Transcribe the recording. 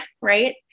Right